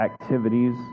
activities